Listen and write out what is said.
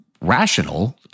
rational